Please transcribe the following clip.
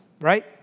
right